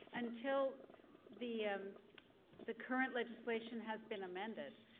until the the current legislation has been amended,